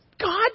God